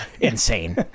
insane